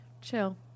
chill